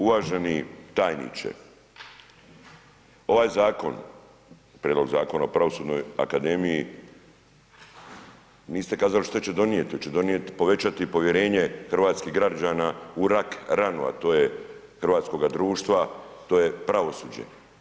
Uvaženi tajniče, ovaj zakon, Prijedlog Zakona o Pravosudnoj akademiji, niste kazali što će donijeti, hoće donijeti, povećati povjerenje hrvatskih građana u rak ranu a to je hrvatskog društva a to je pravosuđe.